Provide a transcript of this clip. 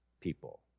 people